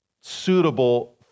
suitable